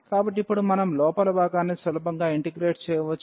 కాబట్టి ఇప్పుడు మనం లోపలి భాగాన్ని సులభంగా ఇంటిగ్రేట్ చేయవచ్చు